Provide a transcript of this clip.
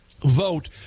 vote